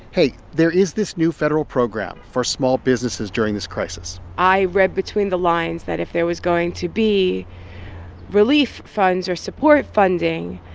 hey, there is this new federal program for small businesses during this crisis i read between the lines that if there was going to be relief funds or support funding,